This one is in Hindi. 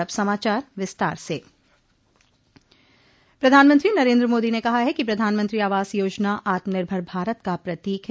अब समाचार विस्तार से प्रधानमंत्री नरेन्द्र मोदी ने कहा है कि प्रधानमंत्री आवास योजना आत्मनिर्भर भारत का प्रतीक है